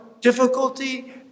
difficulty